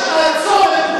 בשעת הצורך,